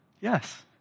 yes